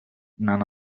none